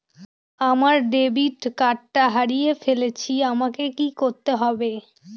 আমার ডেবিট কার্ডটা হারিয়ে ফেলেছি আমাকে কি করতে হবে?